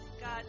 God